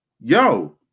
Yo